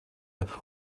und